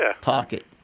pocket